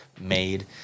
made